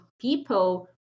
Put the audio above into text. people